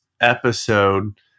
episode –